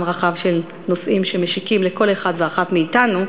רחב של נושאים שמשיקים לכל אחד ואחת מאתנו,